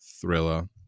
thriller